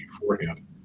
beforehand